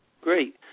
great